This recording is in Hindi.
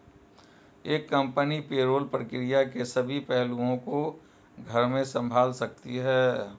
एक कंपनी पेरोल प्रक्रिया के सभी पहलुओं को घर में संभाल सकती है